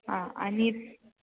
आं आनी